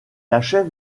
achève